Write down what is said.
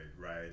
right